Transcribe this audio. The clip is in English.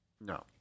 No